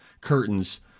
curtains